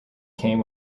came